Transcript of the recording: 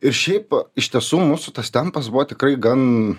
ir šiaip iš tiesų mūsų tas tempas buvo tikrai gan